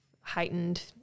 heightened